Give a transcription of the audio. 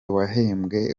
wahembwe